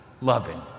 loving